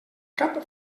cap